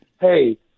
hey